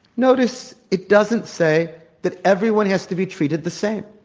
notice it doesn't say that everyone has to be treated the same.